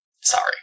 sorry